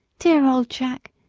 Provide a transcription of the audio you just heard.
dear old jack!